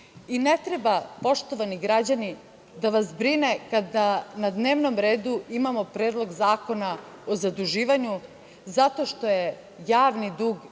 Ne treba da vas brine kada na dnevnom redu imamo Predlog zakona o zaduživanju, zato što je javni dug